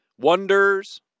wonders